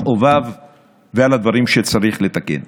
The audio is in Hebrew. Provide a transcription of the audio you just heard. מכאוביו והדברים שצריך לתקן.